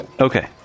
okay